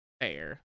Fair